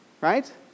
Right